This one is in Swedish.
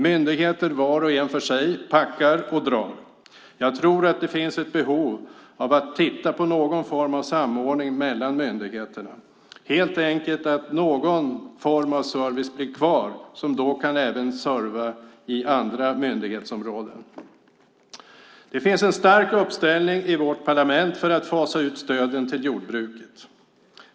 Myndigheter, var och en för sig, packar och drar. Jag tror att det finns ett behov av att se på någon form av samordning mellan myndigheterna, helt enkelt så att någon form av service blir kvar och då också kan serva i andra myndighetsområden. Det finns en stark uppställning i vårt parlament för att fasa ut stöden till jordbruket.